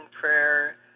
prayer